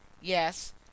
Yes